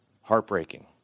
Heartbreaking